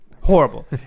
Horrible